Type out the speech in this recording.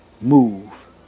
move